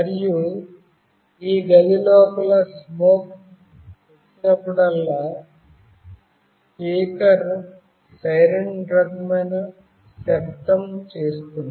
మరియు ఈ గది లోపల స్మోక్ వచ్చినప్పుడల్లా స్పీకర్ సైరన్ రకమైన శబ్దం చేస్తుంది